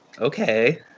Okay